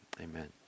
amen